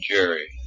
Jerry